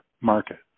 market